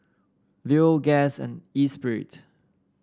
Leo Guess and Espirit